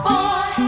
Boy